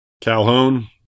Calhoun